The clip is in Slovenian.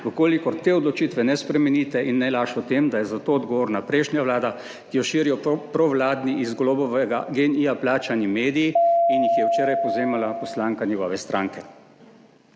imeli, če te odločitve ne spremenite, in ne laž o tem, da je za to odgovorna prejšnja vlada, ki jo širijo provladni, iz Golobovega GEN-I plačani mediji in jih je včeraj povzemala poslanka njegove stranke.